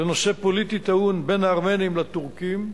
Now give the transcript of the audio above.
לנושא פוליטי טעון בין הארמנים לטורקים,